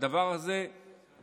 הדבר הזה שבר